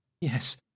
Yes